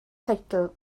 teitl